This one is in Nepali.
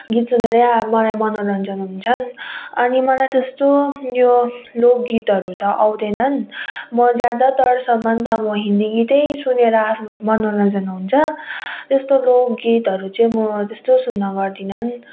गीत सुनेरै अब मलाई मनोरञ्जन हुन्छ अनि मलाई त्यस्तो यो लोकगीतहरू त आउँदैनँ म ज्यादातर सम्म त अब म हिन्दी गीतै सुनेर आफ्नो मनोरञ्जन हुन्छ त्यस्तो लोकगीतहरू चाहिँ म त्यस्तो सुन्ने गर्दिनँ